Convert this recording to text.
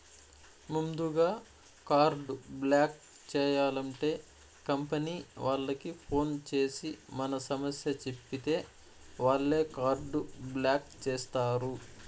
ముందుగా card block చేయాలంటే company వాళ్లకి ఫోన్ చేసి మన సమస్య చెప్పితే వాళ్లే కార్డు బ్లాక్ చేస్తారు